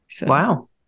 Wow